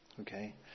Okay